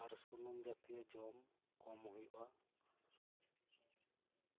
ᱟᱨ ᱥᱩᱱᱩᱢ ᱡᱟᱹᱛᱤᱭᱚ ᱡᱚᱢ ᱠᱚᱢ ᱦᱳᱭᱳᱜᱼᱟ